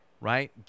Right